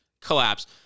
Collapse